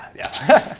yeah.